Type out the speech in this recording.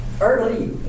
early